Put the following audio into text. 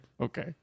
Okay